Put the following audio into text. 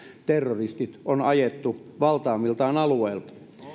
terroristit on ajettu heidän valtaamiltaan alueilta